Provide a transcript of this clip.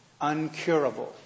uncurable